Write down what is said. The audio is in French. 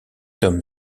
homme